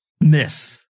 miss